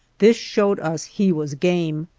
this showed us he was game,